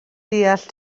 deall